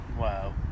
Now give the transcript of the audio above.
Wow